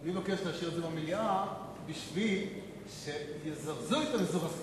אני מבקש להשאיר את זה במליאה כדי שיזרזו את המזורזים.